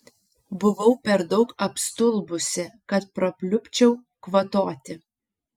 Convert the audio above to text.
buvau per daug apstulbusi kad prapliupčiau kvatoti